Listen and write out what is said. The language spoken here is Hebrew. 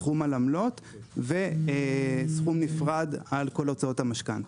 סכום על עמלות וסכום נפרד על כל הוצאות המשכנתא.